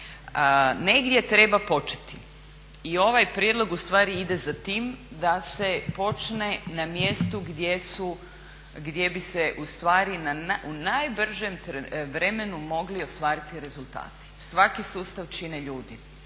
Negdje treba početi i ovaj prijedlog ustvari ide za tim da se počne na mjestu gdje bi se ustvari u najbržem vremenu mogli ostvariti rezultati. Svaki sustav čine ljudi